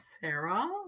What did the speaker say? Sarah